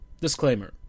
Disclaimer